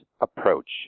approach